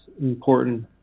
important